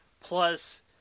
Plus